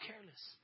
careless